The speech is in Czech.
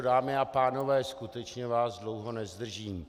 Dámy a pánové, skutečně vás dlouho nezdržím.